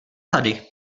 tady